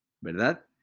¿Verdad